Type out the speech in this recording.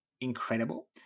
incredible